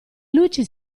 luci